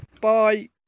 bye